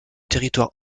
territoire